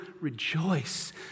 rejoice